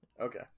Okay